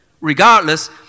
regardless